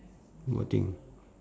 what thing